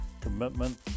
Commitment